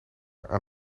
aan